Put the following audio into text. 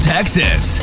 Texas